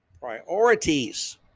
Priorities